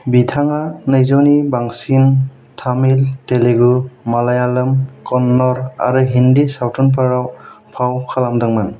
बिथाङा नैजौ नि बांसिन तामिल तेलुगु मलयालम कन्नड़ आरो हिदी सावथुनफोराव फाव खालामदोंमोन